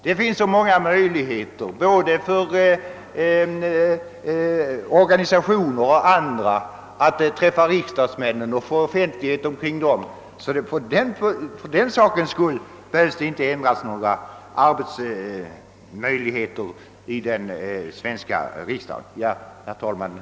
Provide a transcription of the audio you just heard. Det finns så många möjligheter för både organisationer och andra att träffa riksdagsmännen och få offentlighet omkring dem, att man inte för den sakens skull behöver ändra några arbetsformer i den svenska riksdagen.